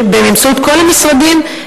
באמצעות כל המשרדים,